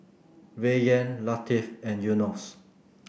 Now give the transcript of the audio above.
Rayyan Latif and Yunos